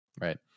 Right